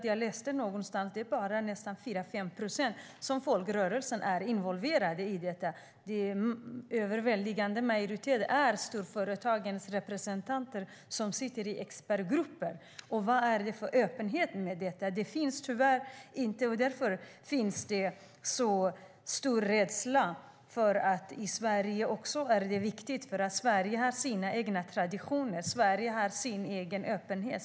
Jag läste någonstans att det bara är 4-5 procent av folkrörelserna som är involverade i detta. En överväldigande majoritet är storföretagens representanter i expertgruppen. Vad är det för öppenhet med detta? Det finns tyvärr ingen öppenhet, och därför finns det en stor rädsla. Sverige har sina egna traditioner och sin egen öppenhet.